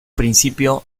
principio